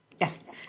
Yes